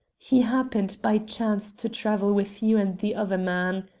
he happened by chance to travel with you and the other man.